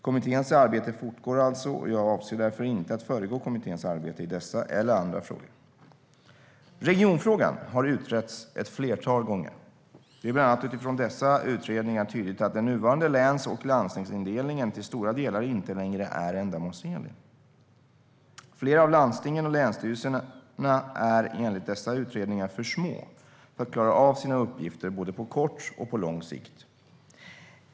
Kommitténs arbete fortgår alltså, och jag avser därför inte att föregå kommitténs arbete i dessa eller andra frågor. Regionfrågan har utretts ett flertal gånger. Det är bland annat utifrån dessa utredningar tydligt att den nuvarande läns och landstingsindelningen till stora delar inte längre är ändamålsenlig. Flera av landstingen och länsstyrelserna är enligt dessa utredningar för små för att klara av sina uppgifter både på kort och på lång sikt.